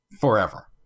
forever